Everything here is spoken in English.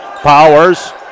Powers